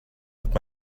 with